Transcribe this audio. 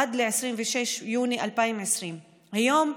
עד 26 ביוני 2020. היום,